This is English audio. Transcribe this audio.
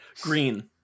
Green